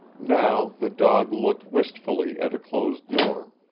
now the dog looked wistfully at a closed door,